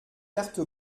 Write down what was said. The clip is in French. carte